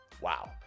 wow